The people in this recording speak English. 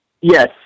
Yes